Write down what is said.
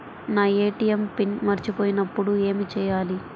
నా ATM PIN మరచిపోయినప్పుడు ఏమి చేయాలి?